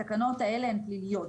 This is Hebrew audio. התקנות האלה הן פליליות,